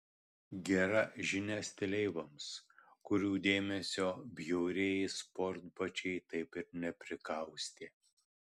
gera žinia stileivoms kurių dėmesio bjaurieji sportbačiai taip ir neprikaustė